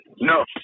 no